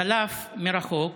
צלף ירה בו מרחוק